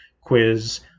quiz